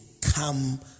come